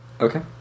Okay